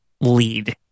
lead